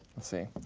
let's see,